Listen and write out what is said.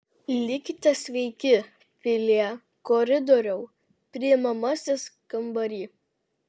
likite sveiki pilie koridoriau priimamasis kambary